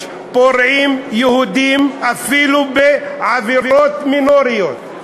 פורעים יהודים אפילו בעבירות מינוריות,